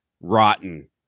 rotten